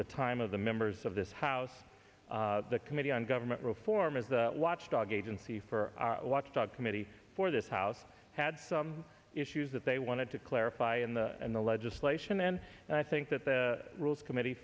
the time of the members of this house committee on government reform as the watchdog agency for watchdog committee for this house had some issues that they wanted to clarify in the and the legislation and i think that the rules committee